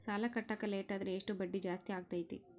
ಸಾಲ ಕಟ್ಟಾಕ ಲೇಟಾದರೆ ಎಷ್ಟು ಬಡ್ಡಿ ಜಾಸ್ತಿ ಆಗ್ತೈತಿ?